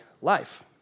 life